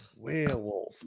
Werewolf